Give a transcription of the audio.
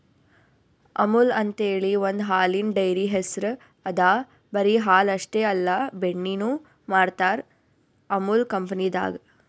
ಅಮುಲ್ ಅಂಥೇಳಿ ಒಂದ್ ಹಾಲಿನ್ ಡೈರಿ ಹೆಸ್ರ್ ಅದಾ ಬರಿ ಹಾಲ್ ಅಷ್ಟೇ ಅಲ್ಲ ಬೆಣ್ಣಿನು ಮಾಡ್ತರ್ ಅಮುಲ್ ಕಂಪನಿದಾಗ್